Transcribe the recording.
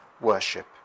worship